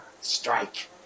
strike